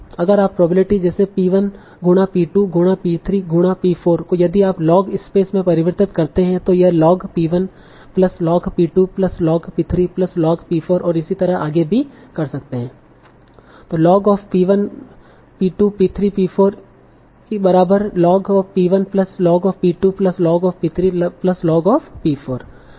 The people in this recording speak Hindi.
अगर आप प्रोबेबिलिटी जैसे p1 गुना p2 गुना p3 गुना p4 को यदि आप लॉग स्पेस में परिवर्तित करते हैं तो यह log p1 plus log p2 plus log p3 plus log p4 और इसी तरह आगे भी कर सकते है